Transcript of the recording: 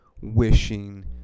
wishing